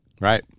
right